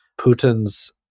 Putin's